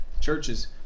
churches